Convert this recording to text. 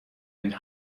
این